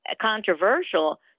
controversial